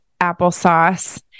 applesauce